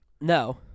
No